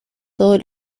todos